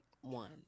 one